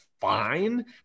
fine